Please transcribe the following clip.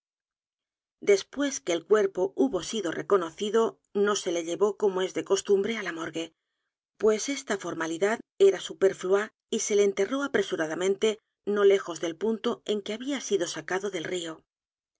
después que el cuerpo hubo sido reconocido no se le llevó como es de costumbre á la morgue pues esta formalidad era superflua y se le enterró apresuradamente no lejos del punto en que había sido sacado del río